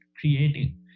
creating